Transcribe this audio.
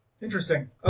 Interesting